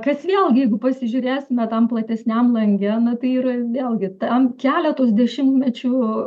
kas vėlgi jeigu pasižiūrėsime tam platesniam lange na tai yra vėlgi ten keletos dešimtmečių